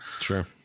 Sure